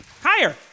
hire